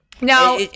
now